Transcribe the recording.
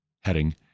heading